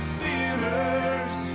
sinners